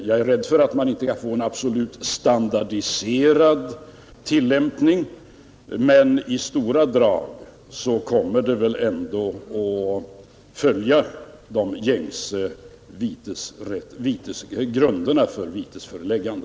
Jag fruktar att man inte kan få en fullständigt standardiserad tillämpning, men i stora drag kommer den väl ändå att följa de gängse grunderna för vitesföreläggande.